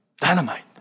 Dynamite